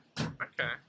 Okay